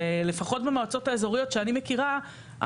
ולפחות במועצות האזוריות שאני מכירה,